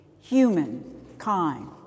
Humankind